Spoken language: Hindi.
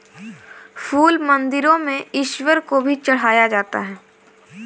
फूल मंदिरों में ईश्वर को भी चढ़ाया जाता है